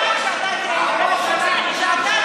כל החרדים ירוקים.